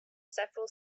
several